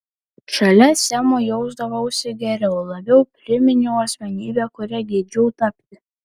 šalia semo jausdavausi geriau labiau priminiau asmenybę kuria geidžiau tapti